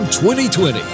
2020